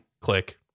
click